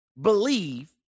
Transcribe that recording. believe